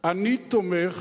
אני תומך